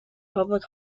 public